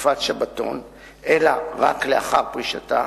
בתקופת שבתון אלא רק לאחר פרישתה,